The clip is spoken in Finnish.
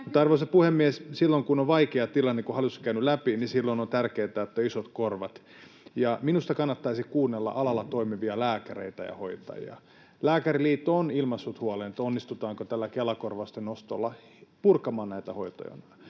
Arvoisa puhemies! Silloin kun on vaikea tilanne, niin kuin se, minkä hallitus on käynyt läpi, on tärkeätä, että on isot korvat, ja minusta kannattaisi kuunnella alalla toimivia lääkäreitä ja hoitajia. Lääkäriliitto on ilmaissut huolensa, onnistutaanko tällä Kela-korvausten nostolla purkamaan näitä hoitojonoja.